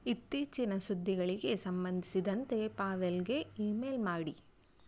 ಇತ್ತೀಚಿನ ಸುದ್ದಿಗಳಿಗೆ ಸಂಬಂಧಿಸಿದಂತೆ ಪಾವೆಲ್ಗೆ ಇ ಮೇಲ್ ಮಾಡಿ